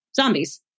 Zombies